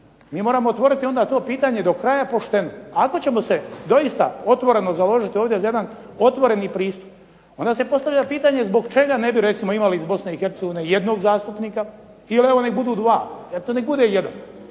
mi moramo otvoriti onda to pitanje do kraja i pošteno. Ako ćemo se doista otvoreno založiti ovdje za jedan otvoreni pristup onda se postavlja pitanje zbog čega ne bi recimo imali iz BiH jednog zastupnika ili evo nek budu 2, nek bude 1.